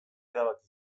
erabaki